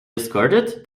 discarded